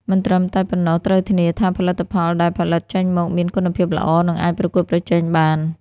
មិនត្រឹមតែប៉ុណ្ណោះ ត្រូវធានាថាផលិតផលដែលផលិតចេញមកមានគុណភាពល្អ និងអាចប្រកួតប្រជែងបាន។